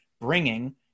bringing